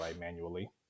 manually